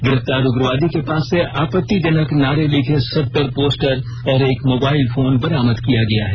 गिरफ्तार उग्रवादी के पास से आपत्तिजनक नारे लिखे सत्तर पोस्टर और एक मोबाईल फोन बरामद किया गया है